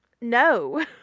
no